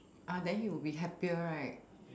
uh then you will be happier right